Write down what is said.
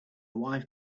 wife